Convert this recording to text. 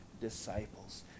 disciples